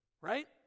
Right